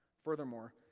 furthermore,